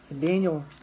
Daniel